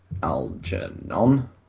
Algernon